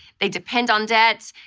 they depend on debt,